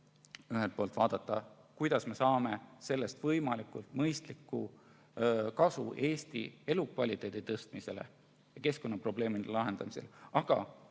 ühelt poolt vaadata, kuidas me saame sellest võimalikult mõistlikku kasu Eesti elukvaliteedi parandamiseks ja keskkonnaprobleemide lahendamiseks, aga